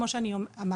כמו שאני אמרתי,